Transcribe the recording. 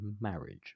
marriage